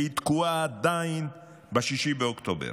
והיא תקועה עדיין ב-6 באוקטובר.